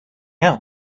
out